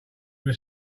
were